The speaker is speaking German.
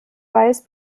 weiß